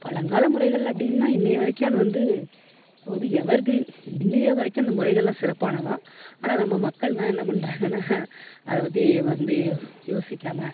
பழங்கால முறைகள் அப்படினா இன்னைய வரைக்கும் அது வந்து எவர்க்ரீன் இன்னைய வரைக்கும் அந்த முறைகள்லாம் சிறப்பானது தான் ஆனால் நம்ம மக்கள் தான் என்ன பண்ணுறாங்கன்னா அதைப் பத்தி வந்து யோசிக்காமல்